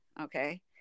Okay